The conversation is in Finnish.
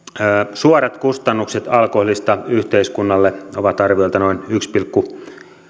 suorat kustannukset alkoholista yhteiskunnalle ovat arviolta noin yksi pilkku